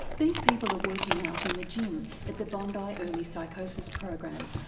these people are working out in the gym at the bondi early psychosis program,